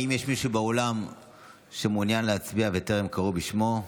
האם יש מישהו באולם שמעוניין להצביע וטרם קראו בשמו?